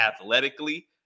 athletically